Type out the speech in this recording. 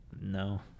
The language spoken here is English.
No